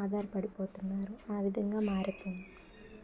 ఆధార పడిపోతున్నారు ఆ విధంగా మారిపోయింది